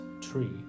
tree